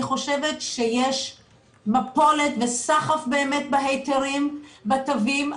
אני חושבת שיש מפולת וסחף בהיתרים בתווים.